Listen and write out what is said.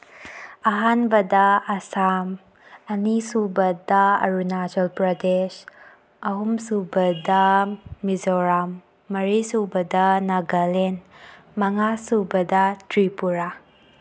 ꯑꯍꯥꯟꯕꯗ ꯑꯁꯥꯝ ꯑꯅꯤꯁꯨꯕꯗ ꯑꯔꯨꯅꯥꯆꯜ ꯄ꯭ꯔꯗꯦꯁ ꯑꯍꯨꯝꯁꯨꯕꯗ ꯃꯤꯖꯣꯔꯥꯝ ꯃꯔꯤꯁꯨꯕꯗ ꯅꯥꯒꯥꯂꯦꯟ ꯃꯉꯥꯁꯨꯕꯗ ꯇ꯭ꯔꯤꯄꯨꯔꯥ